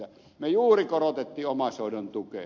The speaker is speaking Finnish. me juuri korotimme omaishoidon tukea